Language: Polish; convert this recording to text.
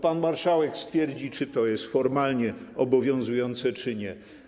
Pan marszałek stwierdzi, czy to jest formalnie obowiązujące, czy nie.